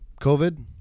COVID